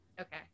Okay